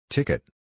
Ticket